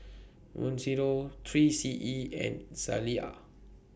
Mizuno three C E and Zalia